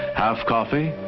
half coffee,